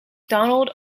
donald